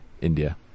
India